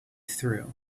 through